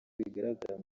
bigaragara